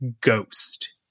Ghost